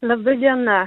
laba diena